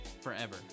forever